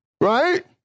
Right